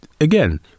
Again